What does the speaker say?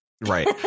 Right